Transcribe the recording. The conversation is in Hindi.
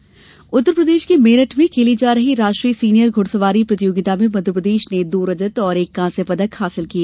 घुड़सवारी उत्तर प्रदेश के मेरठ में खेली जा रही राष्ट्रीय सीनियर घुड़सवारी प्रतियोगिता में मध्यप्रदेश ने दो रजत और एक कांस्य पदक हासिल किए